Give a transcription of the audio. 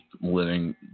living